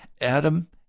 Adam